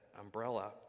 umbrella